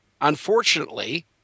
unfortunately